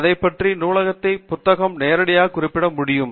இதை பயன்படுத்தி நூலகத்தில் புத்தகத்தை நேரடியாக குறிப்பிட முடியும்